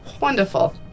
wonderful